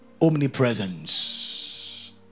Omnipresence